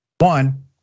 One